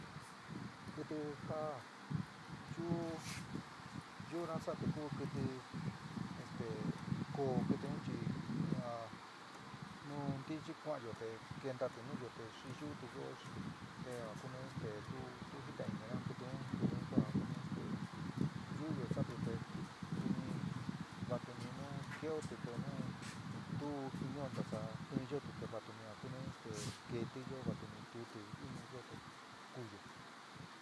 Kɨtɨ ja yuu yu'una sa'ati ku kɨtɨ este koó kɨtɨ un chi a nu ntichi kuaanyo te kentati nuyoo te xiyuuti yoo te a ku ni este tu tu jitain inina kɨtɨ un kɨtɨ un ku kuni este yu'uyo sa'ati te suni vatuni nu kee'otuti te nu tu jinio ntasa tɨnyoti te vatuni a kuni este keéti yoó. vátuni tu'uti iñu yo te kuúyo.